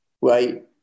right